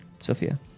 Sophia